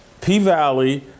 P-Valley